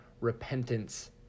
repentance